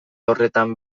horretan